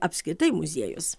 apskritai muziejus